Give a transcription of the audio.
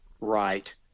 right